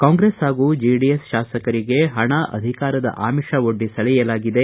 ಕಾಂಗ್ರೆಸ್ ಹಾಗೂ ಜೆಡಿಎಸ್ ಶಾಸಕರಿಗೆ ಹಣ ಅಧಿಕಾರದ ಆಮಿಷ ಒಡ್ಡಿ ಸೆಳೆಯಲಾಗಿದೆ